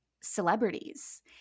celebrities